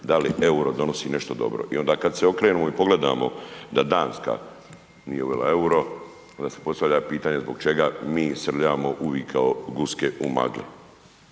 da li EUR-o donosi nešto dobro. I onda kad se okrenemo i pogledamo da Danska nije uvela EUR-o, onda se postavlja pitanje zbog čega mi srljamo uvik kao guske u magli.